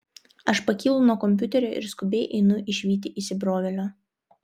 aš pakylu nuo kompiuterio ir skubiai einu išvyti įsibrovėlio